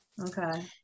okay